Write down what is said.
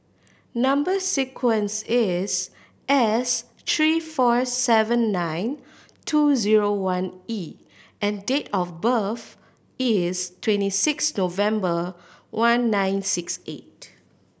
number sequence is S three four seven nine two zero one E and date of birth is twenty six November one nine six eight